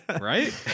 right